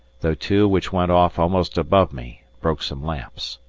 though two which went off almost above me broke some lamps.